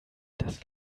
das